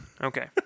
Okay